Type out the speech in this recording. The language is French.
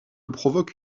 provoque